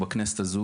בכנסת הזו,